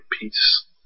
peace